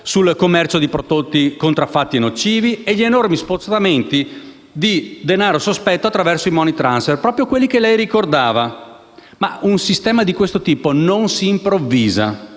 sul commercio di prodotti contraffatti e nocivi e sugli enormi spostamenti di denaro sospetto attraverso i *money transfer*: proprio quelli che lei ricordava. Sembra che lo scopriamo oggi, ma un sistema di questo tipo non si improvvisa